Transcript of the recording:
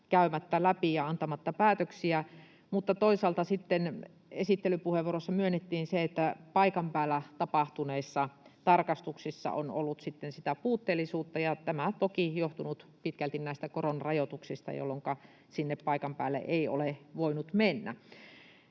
käymättä läpi ja antamatta päätöksiä. Mutta toisaalta sitten esittelypuheenvuorossa myönnettiin se, että paikan päällä tapahtuneissa tarkastuksissa on ollut sitä puutteellisuutta, ja tämä toki on johtunut pitkälti näistä koronarajoituksista, jolloinka sinne paikan päälle ei ole voinut mennä.